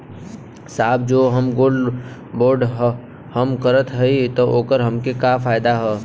साहब जो हम गोल्ड बोंड हम करत हई त ओकर हमके का फायदा ह?